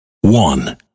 one